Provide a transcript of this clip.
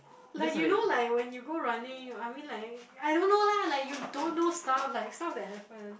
like you know like when you go running I mean like I don't know lah like you don't know stuff like some of the elephant